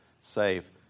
safe